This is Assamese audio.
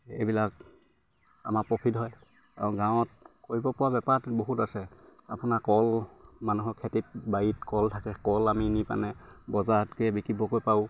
এইবিলাক আমাৰ প্ৰফিট হয় আৰু গাঁৱত কৰিব পৰা বেপাৰ বহুত আছে আপোনাৰ কল মানুহৰ খেতিত বাৰীত কল থাকে কল আমি নি পাণে বজাৰতকে বিকিবগৈ পাৰোঁ